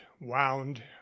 wound